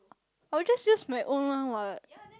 I will just use my own one what